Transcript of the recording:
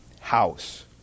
house